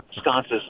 sconces